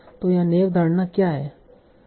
तो यहाँ नैव धारणा क्या है